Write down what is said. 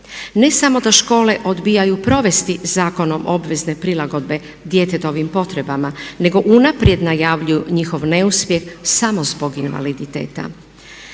Ne samo da škole odbijaju provesti zakonom obvezne prilagodbe djetetovim potrebama, nego unaprijed najavljuju njihov neuspjeh samo zbog invaliditeta.